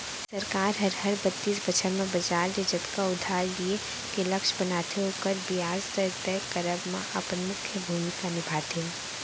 सरकार हर, हर बित्तीय बछर म बजार ले जतका उधार लिये के लक्छ बनाथे ओकर बियाज दर तय करब म अपन मुख्य भूमिका निभाथे